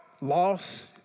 loss